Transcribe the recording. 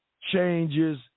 changes